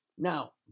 Now